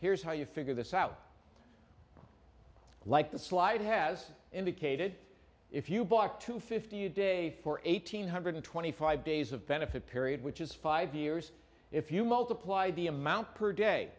here's how you figure this out like the slide has indicated if you bought two fifty a day for eight hundred twenty five days of benefit period which is five years if you multiply the amount per day